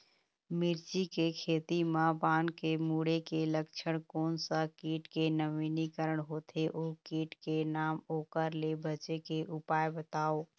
मिर्ची के खेती मा पान के मुड़े के लक्षण कोन सा कीट के नवीनीकरण होथे ओ कीट के नाम ओकर ले बचे के उपाय बताओ?